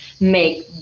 make